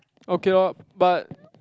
okay loh but